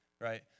right